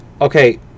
okay